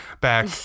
Back